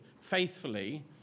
faithfully